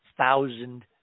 Thousand